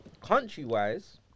country-wise